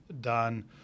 done